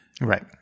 Right